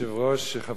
חברי הכנסת,